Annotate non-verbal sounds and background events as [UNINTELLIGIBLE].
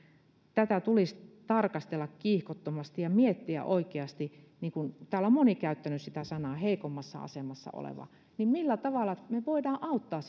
tätä tulisi tarkastella kiihkottomasti ja miettiä oikeasti täällä on moni käyttänyt sanaa heikommassa asemassa oleva millä tavalla me voimme auttaa [UNINTELLIGIBLE]